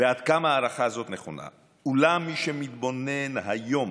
ועד כמה ההערכה הזאת נכונה, אולם מי שמתבונן היום